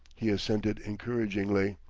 he assented encouragingly.